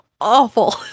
awful